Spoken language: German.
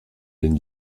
den